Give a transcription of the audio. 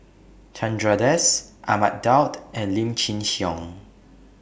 Chandra Das Ahmad Daud and Lim Chin Siong